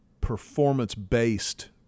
performance-based